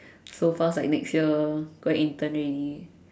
so fast like next year going intern already